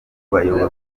bayobozi